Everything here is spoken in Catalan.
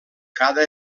cada